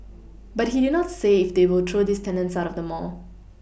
but he did not say if they will throw these tenants out of the mall